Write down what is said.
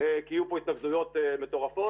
כי יהיו כאן התנגדויות מטורפות.